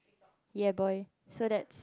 ya boy so that's